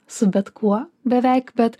su bet kuo beveik bet